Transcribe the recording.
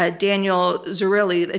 ah daniel zarrilli, ah